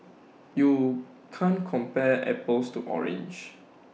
you can't compare apples to oranges